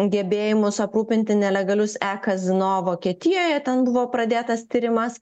gebėjimus aprūpinti nelegalius kazino vokietijoje ten buvo pradėtas tirimas